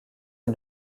est